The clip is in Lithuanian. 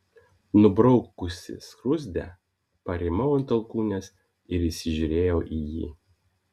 nubraukusi skruzdę parimau ant alkūnės ir įsižiūrėjau į jį